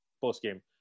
post-game